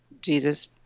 Jesus